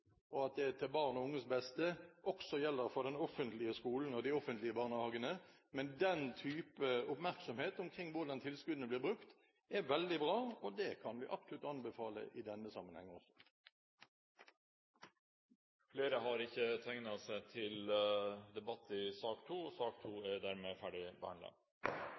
og at det er til barn og unges beste, også gjelder for den offentlige skolen og de offentlige barnehagene. Men den type oppmerksomhet omkring hvordan tilskuddene blir brukt, er veldig bra, og det kan vi absolutt anbefale i denne sammenheng også. Flere har ikke bedt om ordet til sak nr. 2. Etter ønske fra kirke-, utdannings- og